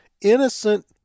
innocent